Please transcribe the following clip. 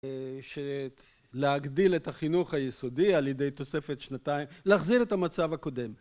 להגדיל את החינוך היסודי על ידי תוספת שנתיים, להחזיר את המצב הקודם.